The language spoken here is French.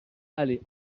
allée